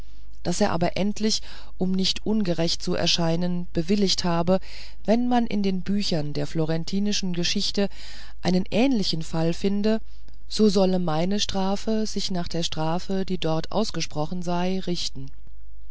daß er aber endlich um nicht ungerecht zu erscheinen bewilligt habe wenn man in den büchern der florentinischen geschichte einen ähnlichen fall finde so solle meine strafe sich nach der strafe die dort ausgesprochen sei richten